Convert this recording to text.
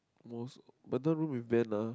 most better room with Ben lah